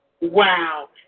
Wow